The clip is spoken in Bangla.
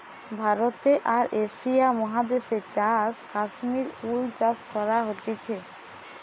ভারতে আর এশিয়া মহাদেশে চাষ কাশ্মীর উল চাষ করা হতিছে